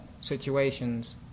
situations